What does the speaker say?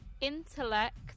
Intellect